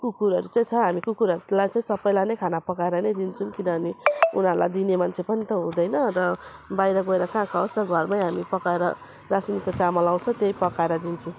कुकुरहरू चाहिँ छ हामी कुकुरलाई चाहिँ सबैलाई नै खाना पकाएर नै दिन्छौँ किनभने उनीहरूलाई दिने मान्छे पनि त हुँदैन र बाहिर गएर कहाँ खाओस् न घरमै हामी पकाएर रासिनको चामल आउँछ त्यही पकाएर दिन्छौँ